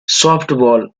softball